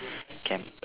camp